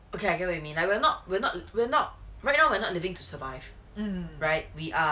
okay I get what you mean we're not we're not we're not right now we're not living to survive right we are